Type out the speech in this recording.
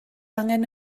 angen